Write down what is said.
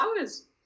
hours